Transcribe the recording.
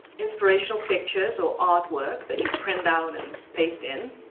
inspirational pictures or artwork that you print out and paste in,